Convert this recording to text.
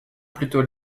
plutôt